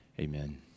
amen